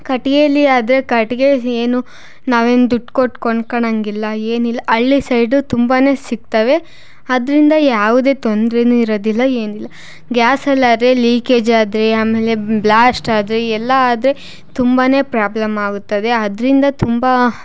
ಕಟ್ಟಿಗೇಲಿ ಆದರೆ ಕಟ್ಟಿಗೆ ಏನು ನಾವೇನು ದುಡ್ಡು ಕೊಟ್ಟು ಕೊಣ್ಕಳಂಗಿಲ್ಲ ಏನಿಲ್ಲ ಹಳ್ಳಿ ಸೈಡು ತುಂಬಾ ಸಿಗ್ತವೆ ಅದರಿಂದ ಯಾವುದೇ ತೊಂದರೆನೂ ಇರೋದಿಲ್ಲ ಏನಿಲ್ಲ ಗ್ಯಾಸಲ್ಲಾದರೆ ಲೀಕೇಜ್ ಆದರೆ ಆಮೇಲೆ ಬ್ಲಾಸ್ಟ್ ಆದರೆ ಎಲ್ಲ ಆದರೆ ತುಂಬಾ ಪ್ರಾಬ್ಲಮ್ ಆಗುತ್ತದೆ ಅದರಿಂದ ತುಂಬ